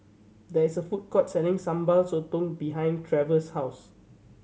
there is a food court selling Sambal Sotong behind Trevor's house